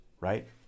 right